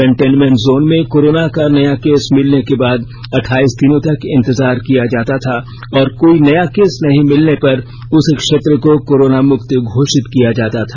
containment zone में corona का नया केस मिलने के बाद अठाइस दिनों तक इंतजार किया जाता था और कोई नया केस नहीं मिलने पर उसे क्षेत्र को कोरोना मुक्त घोषित किया जाता था